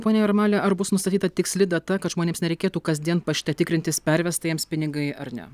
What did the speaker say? pone jarmali ar bus nustatyta tiksli data kad žmonėms nereikėtų kasdien pašte tikrintis pervesta jiems pinigai ar ne